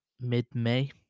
mid-May